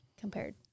compared